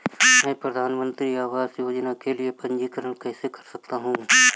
मैं प्रधानमंत्री आवास योजना के लिए पंजीकरण कैसे कर सकता हूं?